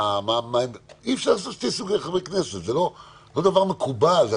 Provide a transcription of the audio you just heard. זה לא מקובל.